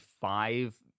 five